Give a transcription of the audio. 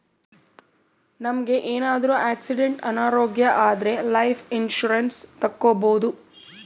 ನಮ್ಗೆ ಏನಾದ್ರೂ ಆಕ್ಸಿಡೆಂಟ್ ಅನಾರೋಗ್ಯ ಆದ್ರೆ ಲೈಫ್ ಇನ್ಸೂರೆನ್ಸ್ ತಕ್ಕೊಬೋದು